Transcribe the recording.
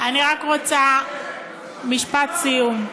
אני רק רוצה משפט סיום.